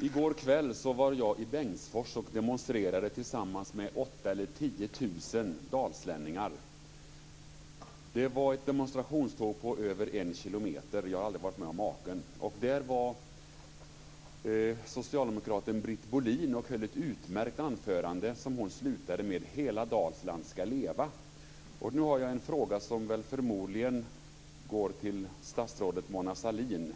I går kväll var jag i Bengtsfors och demonstrerade tillsammans med 8 000 eller 10 000 dalslänningar. Det var ett demonstrationståg på över en kilometer. Jag har aldrig varit med om maken. Socialdemokraten Britt Bohlin var där och höll ett utmärkt anförande som hon avslutade med säga: Hela Dalsland skall leva! Nu har jag en fråga som väl förmodligen går till statsrådet Mona Sahlin.